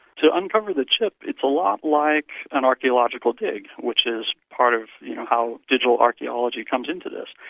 to uncover the chip it's a lot like an archaeological dig, which is part of you know how digital archaeology comes into this.